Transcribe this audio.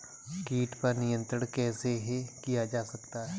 कीट पर नियंत्रण कैसे किया जा सकता है?